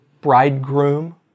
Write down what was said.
Bridegroom